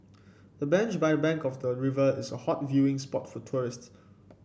the bench by the bank of the river is a hot viewing spot for tourists